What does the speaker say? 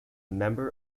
member